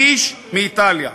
שליש מאיטליה.